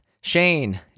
Shane